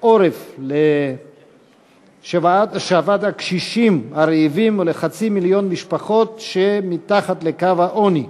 עורף לשוועת הקשישים הרעבים ולחצי מיליון המשפחות שמתחת לקו העוני.